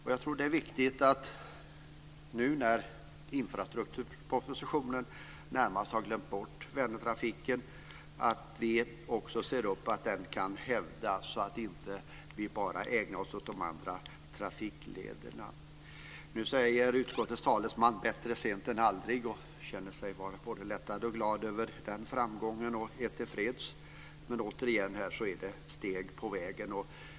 Nu när man i infrastrukturpropositionen närmast har glömt bort Vänertrafiken är det viktigt att vi ser upp så att den kan hävdas och att vi inte bara ägnar oss åt de andra trafiklederna. Nu säger utskottets talesman: Bättre sent än aldrig, och känner sig vara både lättad och glad över framgången och är tillfreds. Återigen är det steg på vägen.